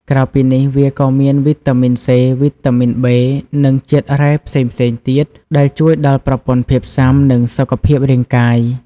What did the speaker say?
ក្រៅពីនេះវាក៏មានវីតាមីនសេ វីតាមីនប៊េ និងជាតិរ៉ែផ្សេងៗទៀតដែលជួយដល់ប្រព័ន្ធភាពស៊ាំ និងសុខភាពរាងកាយ។